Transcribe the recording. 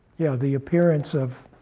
yeah, the appearance of